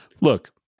Look